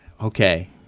Okay